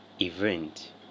event